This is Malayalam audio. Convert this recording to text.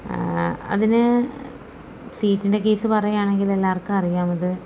അതിന് സീറ്റിൻ്റെ കേസ് പറയുകയാണെങ്കിൽ എല്ലാവർക്കും അറിയാമത്